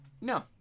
No